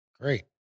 Great